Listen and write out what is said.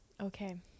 Okay